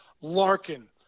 Larkin